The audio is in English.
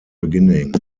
beginning